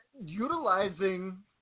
Utilizing